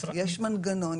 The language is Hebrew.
יש מנגנון,